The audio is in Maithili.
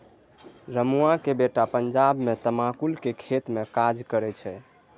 रमुआक बेटा पंजाब मे तमाकुलक खेतमे काज करैत छै